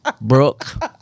Brooke